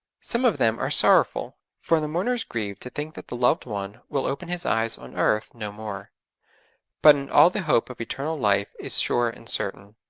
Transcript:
some of them are sorrowful, for the mourners grieve to think that the loved one will open his eyes on earth no more but in all the hope of eternal life is sure and certain.